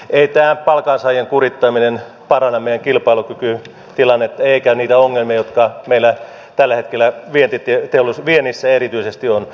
ei tämä palkansaajien kurittaminen paranna meidän kilpailukykytilannettamme eikä niitä ongelmia jotka meillä tällä hetkellä viennissä erityisesti on